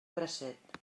bracet